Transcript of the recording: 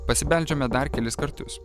pasibeldžiame dar kelis kartus